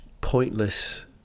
pointless